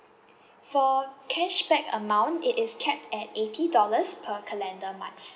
for cashback amount it is cap at eighty dollars per calendar much